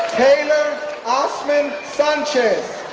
taylor osman sanchez,